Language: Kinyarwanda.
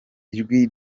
ijwi